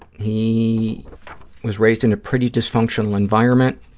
he was raised in a pretty dysfunctional environment,